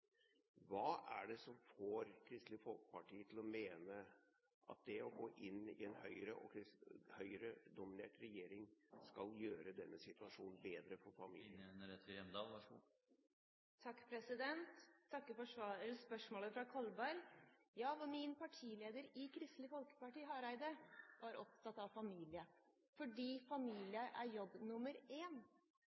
Hva er det som får Kristelig Folkeparti til å mene at det å gå inn i en Høyre-dominert regjering skal gjøre denne situasjonen bedre for familiene? Jeg takker for spørsmålet fra Kolberg. Ja, min partileder i Kristelig Folkeparti, Hareide, var opptatt av familien fordi familien er jobb